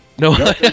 No